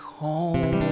home